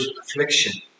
affliction